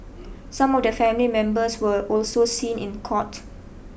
some of their family members were also seen in court